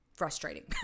frustrating